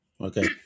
Okay